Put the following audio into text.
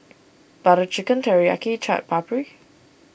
Butter Chicken Teriyaki Chaat Papri